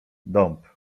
dąb